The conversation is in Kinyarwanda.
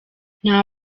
nta